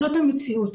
זאת המציאות.